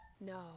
No